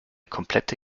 komplette